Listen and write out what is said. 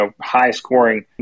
high-scoring